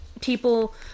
people